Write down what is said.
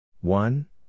one